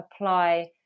apply